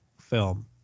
film